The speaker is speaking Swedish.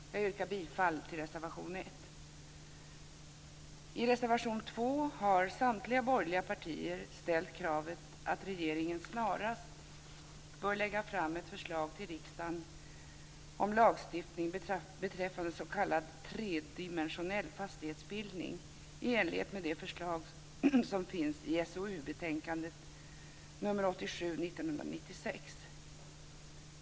Jag yrkar bifall till reservation 1. I reservation 2 har samtliga borgerliga partier ställt kravet att regeringen snarast bör lägga fram ett förslag till riksdagen om lagstiftning beträffande s.k. tredimensionell fastighetsbildning i enlighet med det förslag som finns i SOU-betänkandet 1996:87.